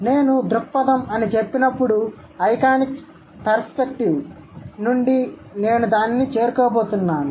కాబట్టి నేను దృక్పథం అని చెప్పినప్పుడు ఐకానిక్ పర్సెప్టివ్ నుండి నేను దానిని చేరుకోబోతున్నాను